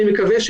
אני מקווה,